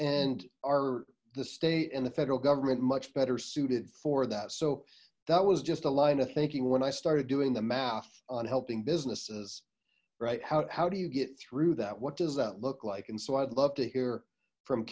and our the state and the federal government much better suited for that so that was just a line of thinking when i started doing the math on helping businesses right how do you get through that what does that look like and so i'd love to hear from